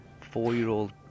four-year-old